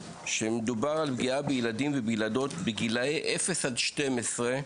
כשמדובר על פגיעה בילדים ובילדות בגילאי אפס עד 12,